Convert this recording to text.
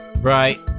Right